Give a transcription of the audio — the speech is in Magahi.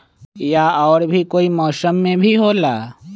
या और भी कोई मौसम मे भी होला?